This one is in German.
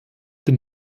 den